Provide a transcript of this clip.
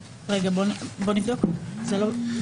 נבדוק אם יש צורך.